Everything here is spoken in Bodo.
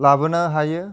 लाबोनो हायो